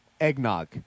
eggnog